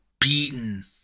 beaten